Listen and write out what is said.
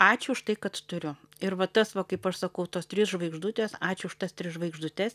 ačiū už tai kad turiu ir va tas va kaip aš sakau tos trys žvaigždutės ačiū už tas tris žvaigždutes